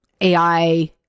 AI